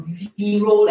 zero